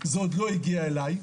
זה עוד לא הגיע אלי,